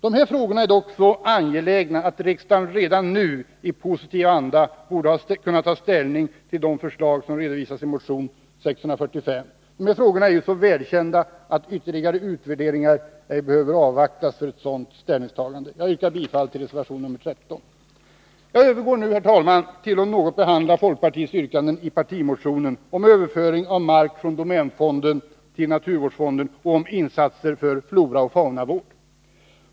De här frågorna är dock så angelägna att riksdagen redan nu i positiv anda borde ha kunnat ta ställning till de förslag som redovisas i motion 645. Förhållandena är så välkända att ytterligare utvärderingar bör avvaktas för ett sådant ställningstagande. Jag yrkar bifall till reservation nr 13. Jag övergår nu till att behandla folkpartiets yrkanden i partimotionen 1097 om överföring av mark från domänfonden till naturvårdsfonden och om insatser för floraoch faunavård.